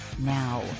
Now